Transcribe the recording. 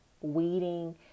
weeding